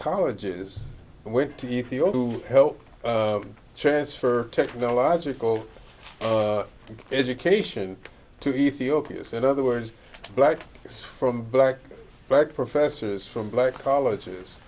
colleges and went to ethiopia transfer technological education to ethiopia's and other words black from black black professors from black colleges